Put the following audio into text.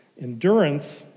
endurance